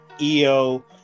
eo